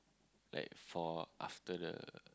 like for after the